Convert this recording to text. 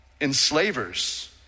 enslavers